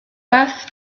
beth